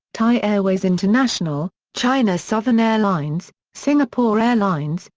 thai airways international, china southern airlines, singapore airlines,